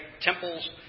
temples